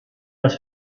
das